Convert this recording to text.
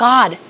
God